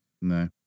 No